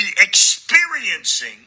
experiencing